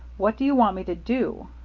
what do you want me to do?